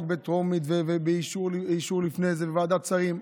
בטרומית ולפני זה אישור של ועדת שרים.